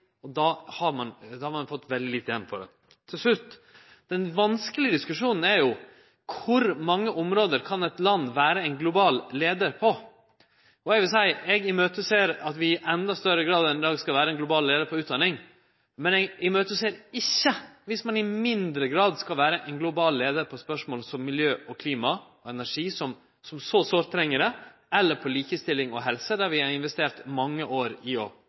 Og då har ein fått veldig lite igjen for det. Til slutt: Det vanskelege diskusjonen er jo om på kor mange område eit land kan vere ein global leiar. Eg vil seie at eg ser fram til at vi i endå større grad enn i dag skal vere ein global leiar innan utdanning, men eg ser ikkje fram til det om ein i mindre grad skal vere ein global leiar innan spørsmål som miljø, klima og energi, som så sårt treng det, eller når det gjeld likestilling og helse, der vi har investert mange år i